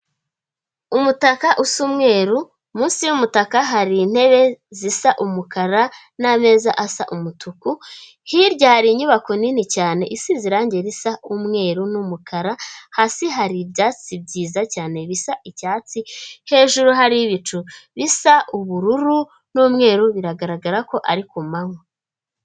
Umutaka usa mweruru munsi y'umutaka hari intebe zisa umukara meza asa umutuku hirya hari inyubako nini cyane isize irangi risa n' umweru n'umukara hasi hari ibyatsi byiza cyane bisa icyatsi hejuru hari ibicu bisa ubururu n'umweru biragaragara ko ari ku manywa.